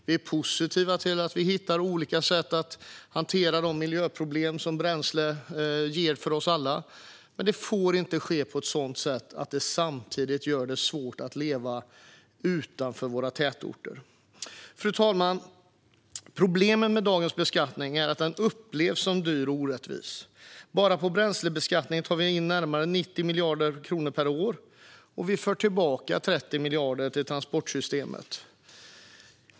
Vi är positiva till att man hittar olika sätt att hantera de miljöproblem som bränsle ger för oss alla. Men det får inte ske på ett sådant sätt att det samtidigt gör det svårt att leva utanför våra tätorter. Fru talman! Problemet med dagens beskattning är att den upplevs som dyr och orättvis. Bara på bränslebeskattningen tar vi in närmare 90 miljarder kronor per år, och vi för tillbaka 30 miljarder kronor till transportsystemet.